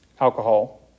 alcohol